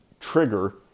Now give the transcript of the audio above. trigger